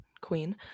Queen